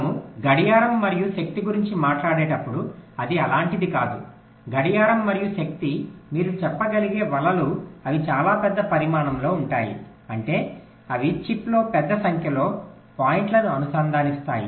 మనము గడియారం మరియు శక్తి గురించి మాట్లాడేటప్పుడు అది అలాంటిది కాదు గడియారం మరియు శక్తి మీరు చెప్పగలిగే వలలు అవి చాలా పెద్ద పరిమాణంలో ఉంటాయి అంటే అవి చిప్లో పెద్ద సంఖ్యలో పాయింట్లను అనుసంధానిస్తాయి